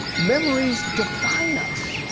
memories define us.